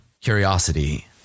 curiosity